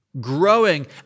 growing